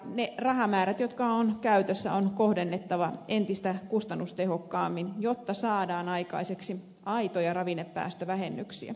ne rahamäärät jotka ovat käytössä on kohdennettava entistä kustannustehokkaammin jotta saadaan aikaiseksi aitoja ravinnepäästövähennyksiä